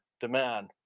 demand